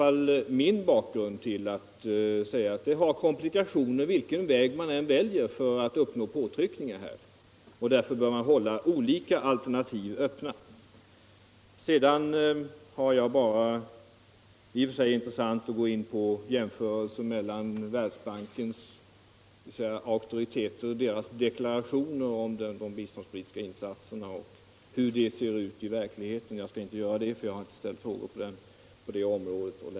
Bakgrunden för mig är att det kan uppstå komplikationer vilken väg man än väljer för att uppnå påtryckningar, och därför bör man hålla Om Sveriges medlemskap i Världsbanken Om Sveriges medlemskap i Världsbanken olika alternativ öppna. Sedan skulle det i och för sig vara intressant att gå in på en jämförelse mellan Världsbankens deklarationer om biståndspolitiken och hur det ser ut i verkligheten. Jag skall emellertid inte göra det, eftersom jag inte ställt någon fråga på det området.